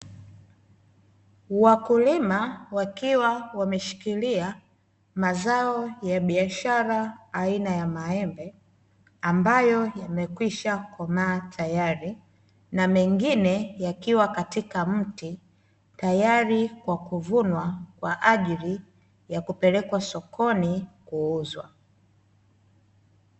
Wakulima wakiwa wameshikilia mazao ya biashara, aina ya maembe ambayo yamekwisha komaa tayari, na mengine yakiwa katika mti. Tayari kwa kuvunwa kwa ajili ya kupelekwa sokoni kuuzwa.